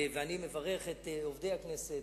ואני מברך את עובדי הכנסת,